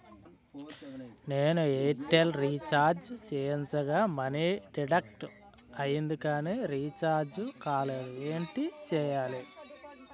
నేను Airtel recharge చేయించగా money deduct అయ్యింది కానీ రీఛార్జ్ కాలేదు ఏంటి చేయాలి?